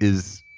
is,